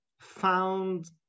found